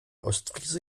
ostfriese